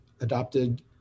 adopted